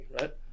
right